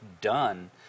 done